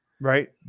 Right